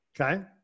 Okay